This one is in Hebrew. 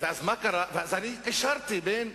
חברי הקואליציה שיושבים כאן לפחות,